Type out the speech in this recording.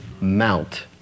Mount